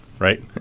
Right